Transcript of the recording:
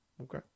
Okay